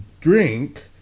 drink